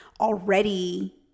already